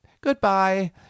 Good-bye